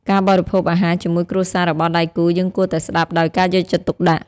ការបរិភោគអាហរជាមួយគ្រួសាររបស់ដៃគូ យើងគួរតែស្ដាប់ដោយការយកចិត្តទុកដាក់។